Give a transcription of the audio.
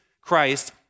Christ